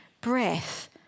breath